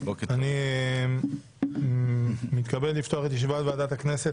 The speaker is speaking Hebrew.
אני מתכבד לפתוח את ישיבת ועדת הכנסת,